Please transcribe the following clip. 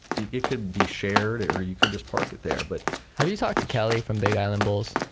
it could be shared or you can just park it there. but have you talked to kelly from big island bowls?